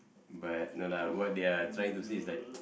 but no lah what they are trying to say is that